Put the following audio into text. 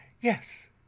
yes